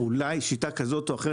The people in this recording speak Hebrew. אולי שיטה כזו או אחרת.